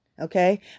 Okay